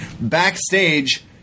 Backstage